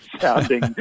sounding